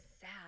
sad